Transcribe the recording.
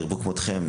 ירבו כמותכם.